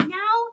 now